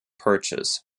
purchase